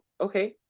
okay